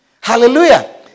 Hallelujah